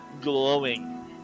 glowing